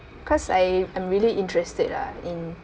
cause I I'm really interested lah in